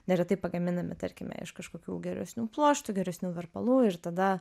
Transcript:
neretai pagaminami tarkime iš kažkokių geresnių pluoštų geresnių verpalų ir tada